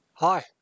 Hi